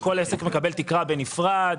כל עסק מקבל תקרה בנפרד.